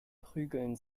prügeln